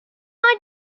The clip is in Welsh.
mae